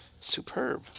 Superb